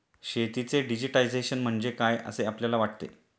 शेतीचे डिजिटायझेशन म्हणजे काय असे आपल्याला वाटते?